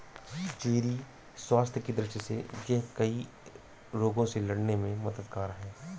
cherry स्वास्थ्य की दृष्टि से यह कई रोगों से लड़ने में मददगार है